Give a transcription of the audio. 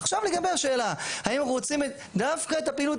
עכשיו לגבי השאלה האם אנחנו רוצים דווקא את הפעילות